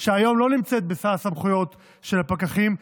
שהיום לא נמצאות בסל הסמכויות של הפקחים,